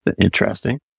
Interesting